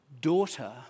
Daughter